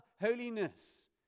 holiness